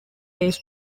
pace